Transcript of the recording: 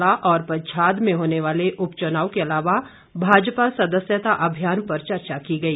इस दौरान धर्मशाला और पच्छाद में होने वाले उपचुनाव के अलावा भाजपा सदस्यता अभियान पर चर्चा की गई